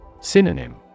Synonym